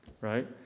right